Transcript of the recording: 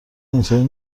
اینطوری